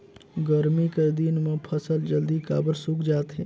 गरमी कर दिन म फसल जल्दी काबर सूख जाथे?